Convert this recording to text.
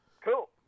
Cool